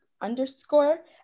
underscore